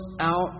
out